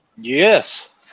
Yes